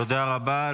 תודה רבה.